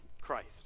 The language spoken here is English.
Christ